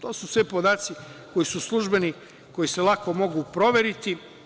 To su sve podaci koji su službeni, koji se lako mogu proveriti.